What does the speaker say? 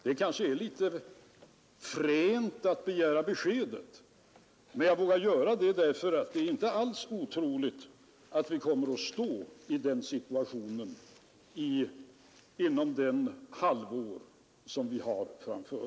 Det kanske är något fränt att begära besked, men jag vågar göra det för att det inte alls är otroligt att vi kommer att stå i den situationen inom det närmaste halvåret.